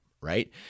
right